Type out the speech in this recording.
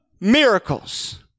miracles